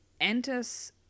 enters